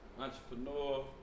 Entrepreneur